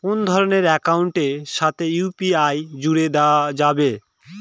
কোন ধরণের অ্যাকাউন্টের সাথে ইউ.পি.আই জুড়ে দেওয়া যাবে?